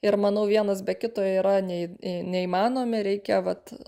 ir manau vienas be kito yra nei neįmanomi reikia vat